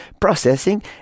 processing